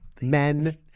Men